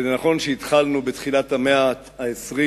וזה נכון שהתחלנו בתחילת המאה ה-20